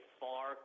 far